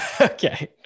Okay